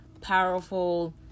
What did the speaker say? powerful